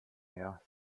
mehr